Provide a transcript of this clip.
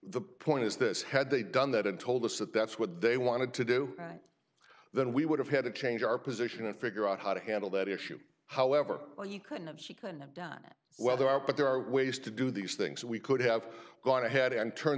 the point is this had they done that and told us that that's what they wanted to do then we would have had to change our position to figure out how to handle that issue however well you couldn't of she could have done well there are but there are ways to do these things we could have gone ahead and turn